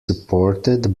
supported